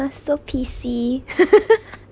so P_C